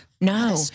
no